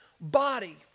body